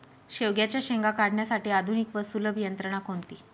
शेवग्याच्या शेंगा काढण्यासाठी आधुनिक व सुलभ यंत्रणा कोणती?